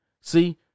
See